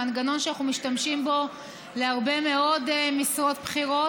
מנגנון שאנחנו משתמשים בו להרבה מאוד משרות בכירות,